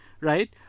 right